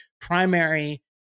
primary